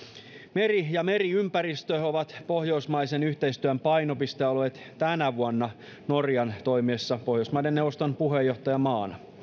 meri ja meriympäristö ovat pohjoismaisen yhteistyön painopistealueet tänä vuonna norjan toimiessa pohjoismaiden neuvoston puheenjohtajamaana